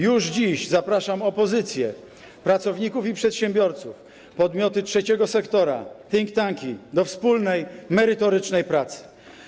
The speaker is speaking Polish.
Już dziś zapraszam opozycję, pracowników i przedsiębiorców, podmioty trzeciego sektora, think tanki do wspólnej merytorycznej pracy.